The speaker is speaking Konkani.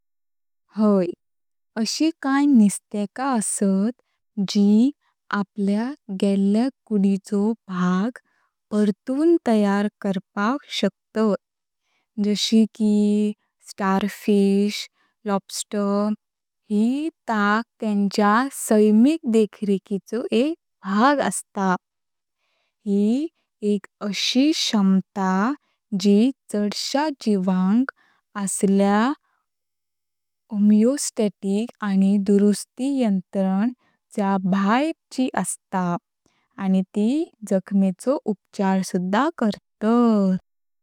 हाय, अशी काय निस्त्यका असत जी आपल्या गेल्या कूडिचो भाग परतून तयार करपाक शकतात, जशी की स्टारफिश, लॉबस्टर। ही ताक तेंच्या सायमिक देखरेखीचो एक भाग असता। ही एक अशी क्षमता जी चडशा जीवांक असल्य होमिओस्टॅटिक आणि दुरुस्ती यंत्राण च्या भायर ची असता, आणि त जखमेचो उपचार सुधा करतात।